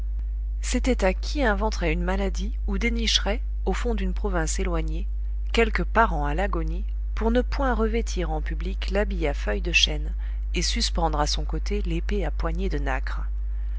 c'était à qui inventerait une maladie ou dénicherait au fond d'une province éloignée quelque parent à l'agonie pour ne point revêtir en public l'habit à feuilles de chêne et suspendre à son côté l'épée à poignée de nacre